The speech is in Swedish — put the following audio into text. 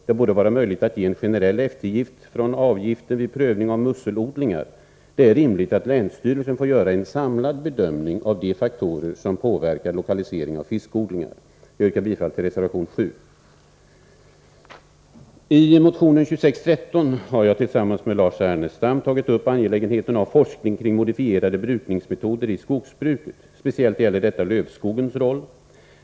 Det borde vara möjligt att ge generell eftergift från avgift för prövning i fråga om musselodlingar. Det är rimligt att länsstyrelsen får göra en samlad bedömning av de faktorer som påverkar lokalisering av fiskodlingar. Jag yrkar bifall till reservation 7. I motion 2613 har jag tillsammans med Lars Ernestam tagit upp angelägenheten av forskning kring modifierade brukningsmetoder i skogsbruket. Speciellt gäller detta lövskogens roll.